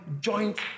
joint